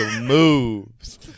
moves